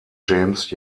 james